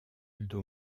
aldo